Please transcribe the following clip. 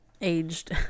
aged